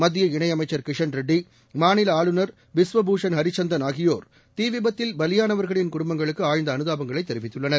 மத்திய இணை அமைச்சர் கிஷான் ரெட்டி மாநில ஆளுநர் பிஸ்வ பூஷன் ஹரிசந்தன் ஆகியோர் தீ விபத்தில் பலியானவர்களின் குடும்பங்களுக்கு ஆழ்ந்த அனுதாபங்களை தெரிவித்துள்ளனர்